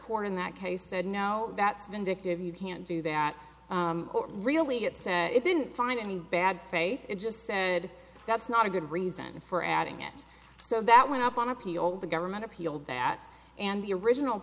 court in that case said no that's vindictive you can't do that really it says it didn't find any bad faith it just said that's not a good reason for adding it so that went up on appeal the government appealed that and the original